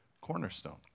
cornerstone